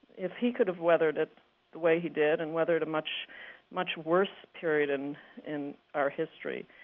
if he could have weathered it the way he did and weathered a much much worse period in in our history,